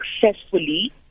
successfully